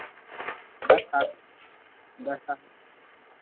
दस साल दस साल